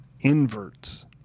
inverts